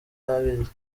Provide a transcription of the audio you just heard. abizi